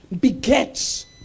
begets